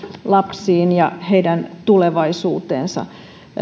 lapsiin ja heidän tulevaisuuteensa